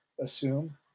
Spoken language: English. assume